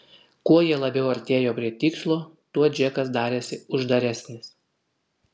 kuo jie labiau artėjo prie tikslo tuo džekas darėsi uždaresnis